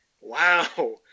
Wow